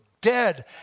dead